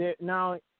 Now